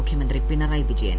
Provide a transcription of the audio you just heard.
മുഖ്യമന്ത്രി പിണറായി വിജയൻ